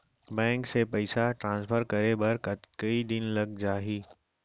Bank से पइसा transfer करे बर कई दिन लग जाही?